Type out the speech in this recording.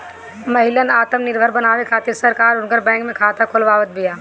महिलन आत्मनिर्भर बनावे खातिर सरकार उनकर बैंक में खाता खोलवावत बिया